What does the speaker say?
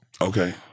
Okay